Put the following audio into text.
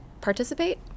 participate